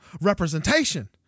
representation